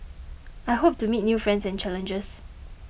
I hope to meet new friends and challenges